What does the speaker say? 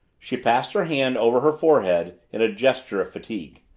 she passed her hand over her forehead in a gesture of fatigue.